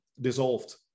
dissolved